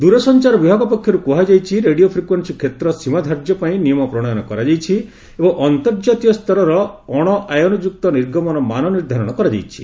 ଦୂରସଂଚାର ବିଭାଗ ପକ୍ଷରୁ କୁହାଯାଇଛି ରେଡିଓ ଫ୍ରିକ୍ୱେନ୍ସି କ୍ଷେତ୍ର ସୀମା ଧାର୍ଯ୍ୟ ପାଇଁ ନିୟମ ପ୍ରଣୟନ କରାଯାଇଛି ଏବଂ ଅନ୍ତର୍ଜାତୀୟ ସ୍ତରର ଅଣ ଆୟନ ଯୁକ୍ତ ନିର୍ଗମନ ମାନ ନିର୍ଦ୍ଧାରଣ କରାଯାଇଛି